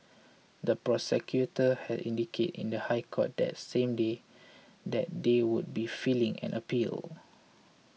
the prosecutors had indicated in the High Court that same day that they would be filing an appeal